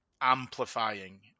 amplifying